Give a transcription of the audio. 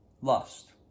lust